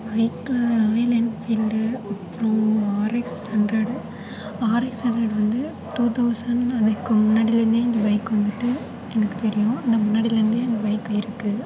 பைக்கில் Royal Enfield அப்புறம் RX hundred இப்போது ஆர்எக்ஸ் ஹண்ட்ரடு வந்து டூ தௌசண்ட் அதுக்கு முன்னடிலேருந்தே இந்த பைக் வந்துட்டு எனக்கு தெரியும் ஏன்னால் முன்னடிலேருந்தே அந்த பைக் இருக்குது